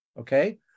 okay